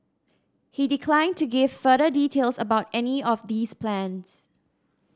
he declined to give further details about any of these plans